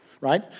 right